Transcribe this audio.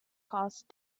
caused